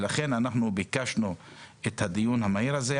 לכן אנחנו ביקשנו את הדיון המהיר הזה,